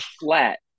flat